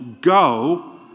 go